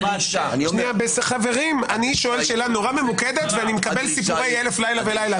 אני שואל שאלה ממוקדת מאוד ואני מקבל סיפורי אלף לילה ולילה.